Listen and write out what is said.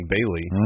Bailey